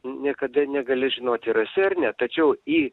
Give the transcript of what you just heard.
niekada negali žinoti rasi ar ne tačiau į